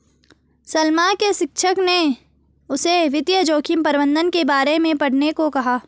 सलमा के शिक्षक ने उसे वित्तीय जोखिम प्रबंधन के बारे में पढ़ने को कहा